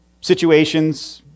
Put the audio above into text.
situations